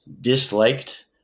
disliked